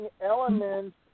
elements